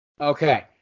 Okay